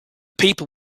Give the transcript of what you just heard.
people